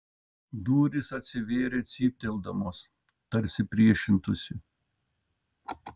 durys atsivėrė cypteldamos tarsi priešintųsi